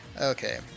Okay